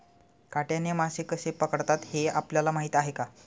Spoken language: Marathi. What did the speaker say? काट्याने मासे कसे पकडतात हे आपल्याला माहीत आहे का?